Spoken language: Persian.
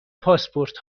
پاسپورت